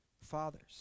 fathers